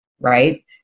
right